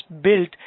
built